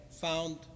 found